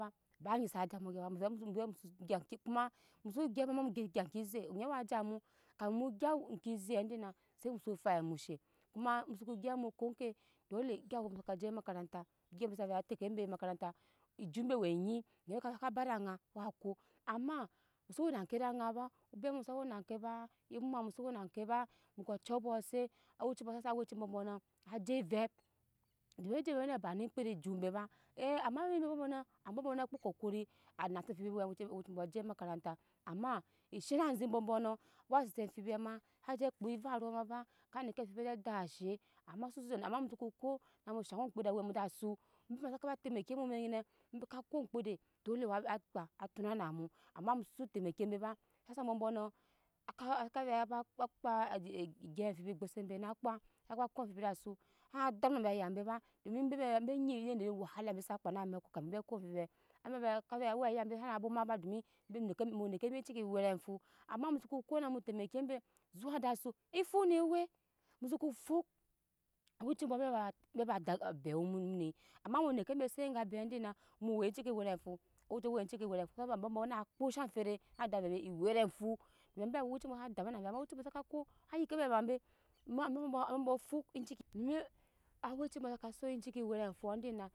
Fa ba nyi sa je mu ba gyi ba mu vɛ mu vɛ mu so gya ke koma muso gyap ba ama mu gyap mu so gya keze onyi wa je mu kami mu gya ke ze dina se muso fai mushe koma mu soko gyap mu ko ke ewe mu saka je e akara ta egyi be sa ve tɛke be ema earata ejut be we nyi dami haka haka ba da aŋ a wa ko ama muso wena ke da aŋa ba obe mu sa ena ke ba emu ma mu so we a ke ba mu ko cu abok set aweci bu hasa aweci embɔ bɔno na je evep domi awɛci bene ba ne eŋm kpede jut be ba a ama emi bɔ bɔno na kpo kokori a nase amfibi bu aweci bu je makarata ama eshena azinŋ ambɔ bɔno wa sita amfibii ma saje kpi evaru ma ba ka neke amfib sse dak she ama su zezeno ama mu su koko na mu shaŋɔ omkpede awɛ mu dasu muvɛ saka ba tɛmeki mu amɛk nyine beka ko oŋmkpede dole wawa akpa a tona na mu ama mu so si tɛmeki be ba hasa ambɔ bɔno aka ka vɛ ba kpa kpa ei egyap amfi bi ogbose be na kpam saka ba kpo amfibi de su sona damu na ambe aya be ba domi bebe be gyi yir wayala be sa ka me amɛko na ko amfibiɛ ame vɛ ka we aya be sana bwoma ba dome mi mu dɛkɛ me ciki werfu ama mu soko ko na mu temeki be zuwa da su efuk ne wa mu soko fuk awɛ ci bu be ba be ba da abew mu noi ama mu neke be set k bee dina mu we ciki were fu awɛ cibu we cike werefu ha shaŋ ambɔ bɔno na kpo sha fɛrem da vɛ be ewɛrefu to vɛ be awɛcibu sa damu na be ba ama awɛci bɔ saka ko wa yike embe aya be ba ama ambɔ bɔ ambɔ bɔ fuk ecike domi awɛcibu haka se ecike werefu dina